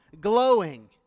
glowing